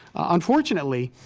unfortunately,